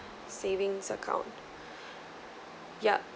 savings account yeah